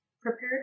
prepared